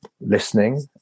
listening